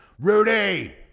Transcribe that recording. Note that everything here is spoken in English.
Rudy